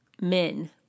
men